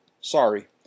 Sorry